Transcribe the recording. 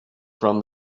from